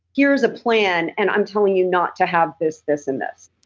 here's a plan, and i'm telling you not to have this, this, and this.